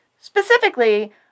specifically